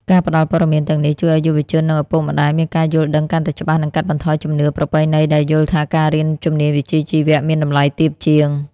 ការផ្តល់ព័ត៌មានទាំងនេះជួយឱ្យយុវជននិងឪពុកម្តាយមានការយល់ដឹងកាន់តែច្បាស់ និងកាត់បន្ថយជំនឿប្រពៃណីដែលយល់ថាការរៀនជំនាញវិជ្ជាជីវៈមានតម្លៃទាបជាង។